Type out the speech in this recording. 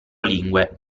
lingue